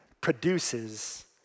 produces